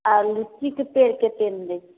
आ लीची कतेक कतेकमे दै छियै